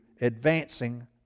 advancing